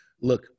look